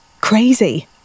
crazy